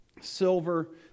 silver